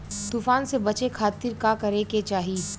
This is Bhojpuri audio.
तूफान से बचे खातिर का करे के चाहीं?